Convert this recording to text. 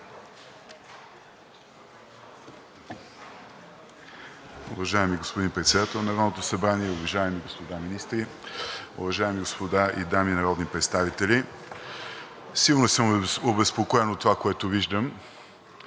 Уважаеми господин Председател на Народното събрание, уважаеми господа министри, уважаеми господа и дами народни представители! Силно съм обезпокоен от това, което виждам.